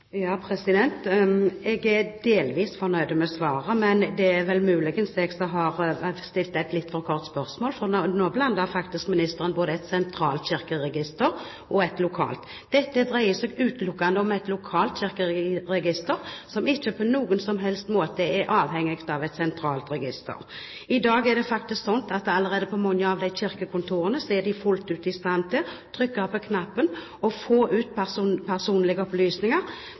Jeg er delvis fornøyd med svaret. Men det er vel muligens jeg som har stilt et litt for kort spørsmål, for nå blander faktisk ministeren et sentralt kirkeregister og et lokalt kirkeregister. Dette dreier seg utelukkende om et lokalt kirkeregister, som ikke på noen som helst måte er avhengig av et sentralt register. I dag er det faktisk slik at på mange av kirkekontorene er de fullt ut i stand til å trykke på knappen og få ut personlige opplysninger.